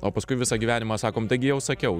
o paskui visą gyvenimą sakom taigi jau sakiau